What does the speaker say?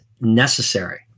necessary